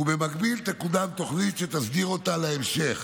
ובמקביל תקודם תוכנית שתסדיר אותה להמשך,